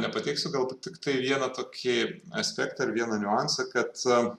nepateiksiu galbūt tiktai vieną tokį aspektą ir vieną niuansą kad